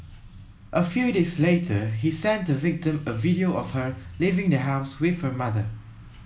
a few days later he sent the victim a video of her leaving the house with her mother